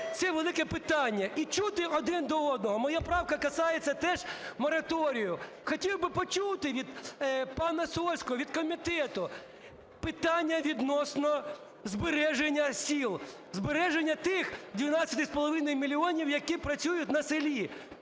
Це велике питання, і чути один до одного. Моя правка касається теж мораторію. Хотів би почути від пана Сольського, від комітету питання відносно збереження сіл, збереження тих 12,5 мільйонів, які працюють на селі.